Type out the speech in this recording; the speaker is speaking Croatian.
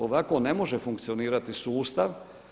Ovako ne može funkcionirati sustav.